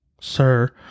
Sir